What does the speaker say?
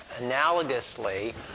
analogously